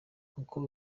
uko